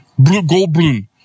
Goldblum